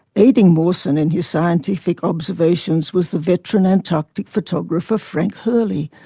aiding mawson in his scientific observations was the veteran antarctic photographer frank hurley.